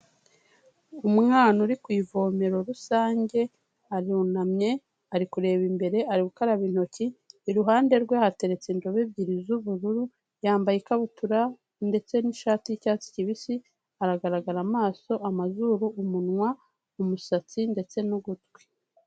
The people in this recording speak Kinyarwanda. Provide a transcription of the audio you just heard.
Umwana uri ku ivomero rusange arunamye ari kureba imbere ari gukaraba intoki, iruhande rwe hateretse indobo ebyiri z'ubururu, yambaye ikabutura ndetse n'ishati y'icyatsi kibisi, aragaragara amaso, amazuru, umunwa, umusatsi ndetse n'ugutwi.